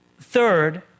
Third